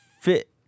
Fit